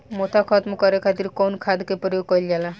मोथा खत्म करे खातीर कउन खाद के प्रयोग कइल जाला?